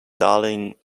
darling